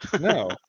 No